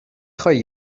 خوای